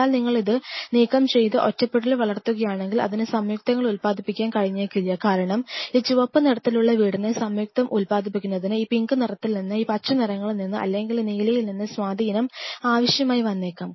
എന്നാൽ നിങ്ങൾ ഇത് നീക്കം ചെയ്ത് ഒറ്റപ്പെടലിൽ വളർത്തുകയാണെങ്കിൽ അതിന് സംയുക്തങ്ങൾ ഉൽപാദിപ്പിക്കാൻ കഴിഞ്ഞേക്കില്ല കാരണം ഈ ചുവപ്പ് നിറത്തിലുള്ള വീടിന് സംയുക്തം ഉൽപാദിപ്പിക്കുന്നതിന് ഈ പിങ്ക് നിറത്തിൽ നിന്ന് ഈ പച്ച നിറങ്ങളിൽ നിന്ന് അല്ലെങ്കിൽ ഈ നീലയിൽ നിന്ന് സ്വാധീനം ആവശ്യമായി വന്നേക്കാം